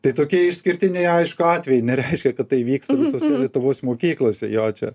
tai tokie išskirtiniai aišku atvejai nereiškia kad tai vyksta visos lietuvos mokyklose jo čia